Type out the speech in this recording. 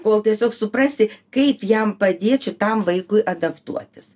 kol tiesiog suprasi kaip jam padėt šitam vaikui adaptuotis